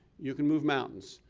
you can move mountains,